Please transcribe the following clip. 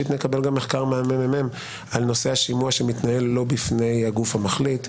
נקבל מחקר ממרכז המידע על נושא השימוע שמתנהל לא בפני הגוף המחליט.